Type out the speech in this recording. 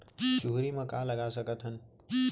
चुहरी म का लगा सकथन?